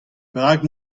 perak